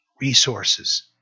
resources